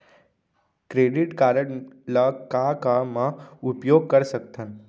Credit card ला का का मा उपयोग कर सकथन?